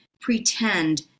pretend